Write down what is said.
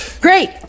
Great